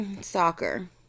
Soccer